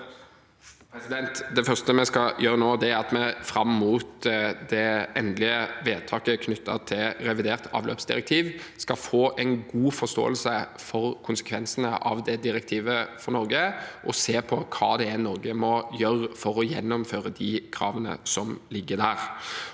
Det første vi skal gjøre nå, er at vi fram mot det endelige vedtaket knyttet til revidert avløpsdirektiv skal få en god forståelse for konsekvensene av direktivet for Norge og se på hva Norge må gjøre for å gjennomføre de kravene som ligger der.